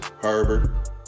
Herbert